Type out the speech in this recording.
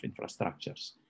infrastructures